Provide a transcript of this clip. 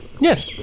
Yes